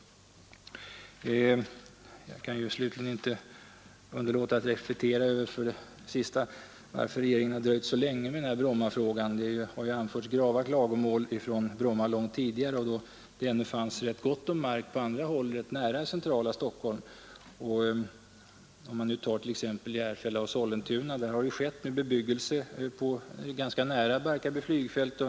Slutligen kan jag inte underlåta att reflektera över varför regeringen har dröjt så länge med Brommafrågan. Det har ju anförts grava klagomål från Bromma långt tidigare, då det ännu fanns rätt gott om mark på andra håll relativt nära det centrala Stockholm. I t.ex. Järfälla och Sollentuna har nu under rätt många år bebyggelse skett ganska nära Barkarby flygfält.